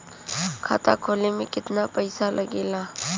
खाता खोले में कितना पईसा लगेला?